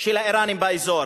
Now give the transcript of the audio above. של האירנים באזור.